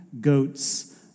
goats